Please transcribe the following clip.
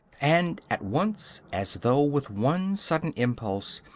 and at once, as though with one sudden impulse,